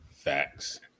facts